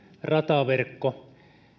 rataverkko